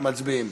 מצביעים.